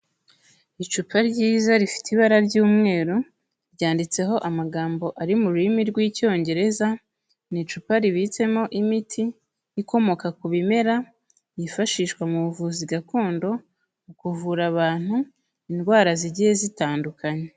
Icupa ryiza rifite ibara ry'umweru, ryanditseho amagambo ari mu rurimi rw'icyongereza, ni icupa ribitsemo imiti, ikomoka ku bimera, yifashishwa mu buvuzi gakondo, mu kuvura abantu indwara zigiye zitandukanye.